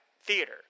theater